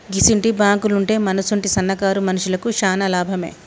గిసుంటి బాంకులుంటే మనసుంటి సన్నకారు మనుషులకు శాన లాభమే